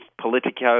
Politico